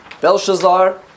Belshazzar